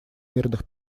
мирных